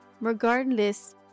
regardless